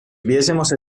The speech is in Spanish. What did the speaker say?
hubiésemos